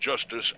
Justice